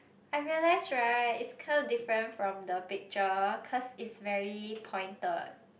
I realised right it's kind of different from the picture cause it's very pointed